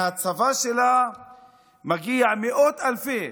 מהצבא שלה מגיעים מאות אלפי